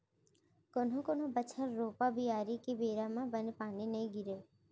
कोनो कोनो बछर रोपा, बियारी के बेरा म बने पानी नइ गिरय